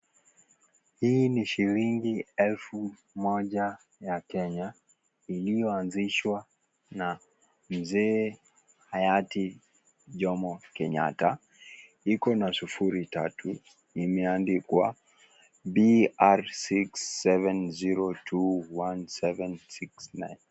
Hii ni shilingi elfu moja ya Kenya, iliyoanzishwa na Mzee hayati Jomo Kenyatta. Iko na sufuri tatu, imeandikwa, DR67021769.